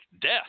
death